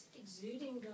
exuding